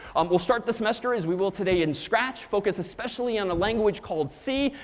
um we'll start the semester as we will today in scratch, focus especially on the language called c,